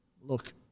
look